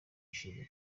ishize